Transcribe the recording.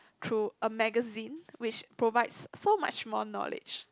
through a magazine which provides so much more knowledge